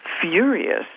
furious